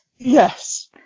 Yes